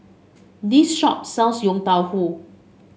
this shop sells Yong Tau Foo